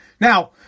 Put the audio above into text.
Now